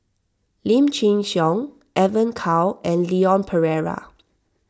Lim Chin Siong Evon Kow and Leon Perera